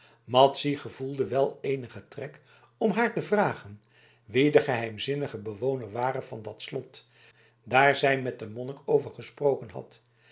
madzy gevoelde wel eenigen trek om haar te vragen wie de geheimzinnige bewoner ware van dat slot daar zij met den monnik over gesproken had